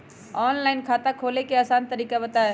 Online खाता खोले के आसान तरीका बताए?